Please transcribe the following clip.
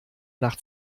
nach